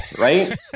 right